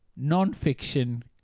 non-fiction